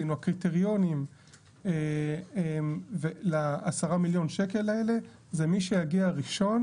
הקריטריונים ל-10 מיליון שקל האלה זה מי שיגיע ראשון,